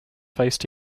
faced